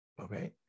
Okay